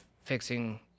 fixing –